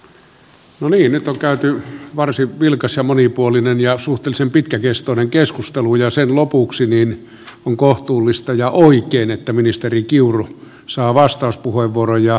no niin nyt on käyty varsin vilkas ja monipuolinen ja suhteellisen pitkäkestoinen keskustelu ja sen lopuksi on kohtuullista ja oikein että ministeri kiuru saa vastauspuheenvuoron